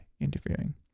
interviewing